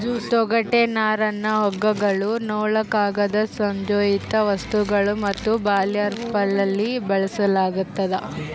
ತೊಗಟೆ ನರನ್ನ ಹಗ್ಗಗಳು ನೂಲು ಕಾಗದ ಸಂಯೋಜಿತ ವಸ್ತುಗಳು ಮತ್ತು ಬರ್ಲ್ಯಾಪ್ಗಳಲ್ಲಿ ಬಳಸಲಾಗ್ತದ